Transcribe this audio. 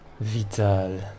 Vital